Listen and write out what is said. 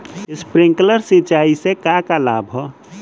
Sprinkler सिंचाई से का का लाभ ह?